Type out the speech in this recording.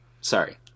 sorry